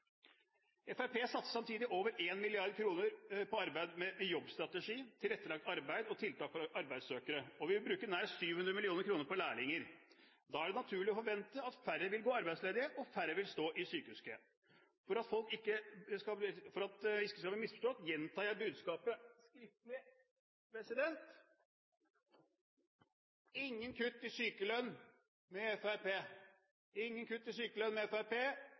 Fremskrittspartiet satser samtidig over 1 mrd. kr på arbeid med jobbstrategi, tilrettelagt arbeid og tiltak for arbeidssøkere. Og vi vil bruke nær 700 mill. kr på lærlinger. Da er det naturlig å forvente at færre vil gå arbeidsledige, og færre vil stå i sykehuskø. For at det ikke skal bli misforstått, gjentar jeg budskapet skriftlig. Det blir ingen kutt i sykelønn med